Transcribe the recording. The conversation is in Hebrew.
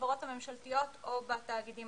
בחברות הממשלתיות או בתאגידים